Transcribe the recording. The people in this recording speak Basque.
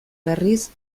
berriz